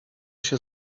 się